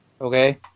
Okay